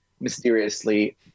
mysteriously